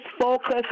focus